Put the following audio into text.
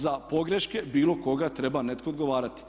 Za pogreške bilo koga treba netko odgovarati.